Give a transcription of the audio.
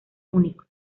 únicos